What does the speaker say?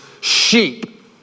sheep